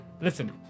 Listen